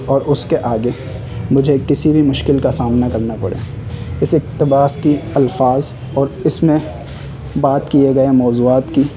اور اس کے آگے مجھے کسی بھی مشکل کا سامنا کرنا پڑے اس اقتباس کی الفاظ اور اس میں بات کیے گئے موضوعات کی